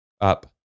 Up